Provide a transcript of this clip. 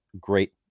great